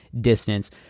distance